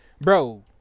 bro